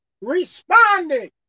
responded